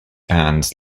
annes